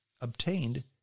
obtained